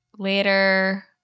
Later